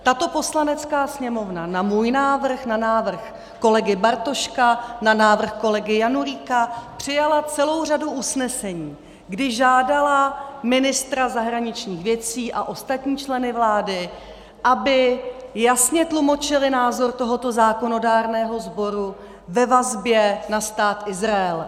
Tato Poslanecká sněmovna na můj návrh, na návrh kolegy Bartoška, na návrh kolegy Janulíka přijala celou řadu usnesení, kdy žádala ministra zahraničních věcí a ostatní členy vlády, aby jasně tlumočili názor tohoto zákonodárného sboru ve vazbě na Stát Izrael.